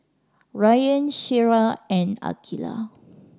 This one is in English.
Rayyan Syirah and Aqilah